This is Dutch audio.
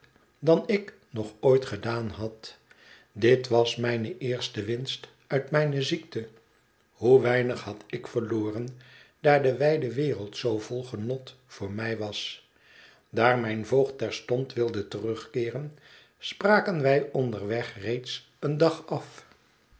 dan ik nog ooit gedaan had dit was mijne eerste winst uit mijne ziekte hoe weinig had ik verloren daar de wijde wereld zoo vol genot voor mij was daar mijn voogd terstond wilde terugkeeren spraken wij onderweg reeds een dag af